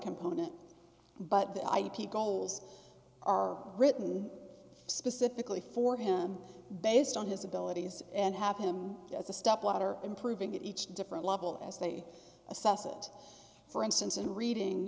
component but the ip goals are written specifically for him based on his abilities and have him as a stepladder improving each different level as they assess it for instance in reading